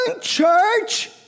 church